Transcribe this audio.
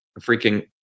freaking